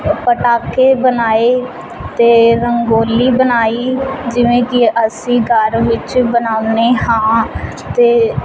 ਪਟਾਕੇ ਬਣਾਏ ਅਤੇ ਰੰਗੋਲੀ ਬਣਾਈ ਜਿਵੇਂ ਕਿ ਅਸੀਂ ਘਰ ਵਿੱਚ ਬਣਾਉਂਦੇ ਹਾਂ ਅਤੇ